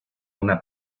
una